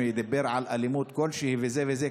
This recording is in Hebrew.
שדיבר על אלימות כלשהי וזה וזה,